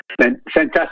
Fantastic